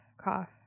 cough